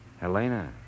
Helena